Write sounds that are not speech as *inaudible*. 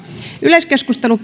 yleiskeskustelu *unintelligible*